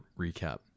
recap